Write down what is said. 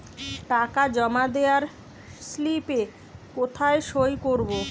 টাকা জমা দেওয়ার স্লিপে কোথায় সই করব?